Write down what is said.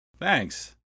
thanks